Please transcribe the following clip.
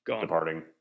Departing